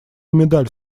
медаль